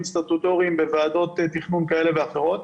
סטטוטוריים בוועדות תכנון כאלה ואחרות.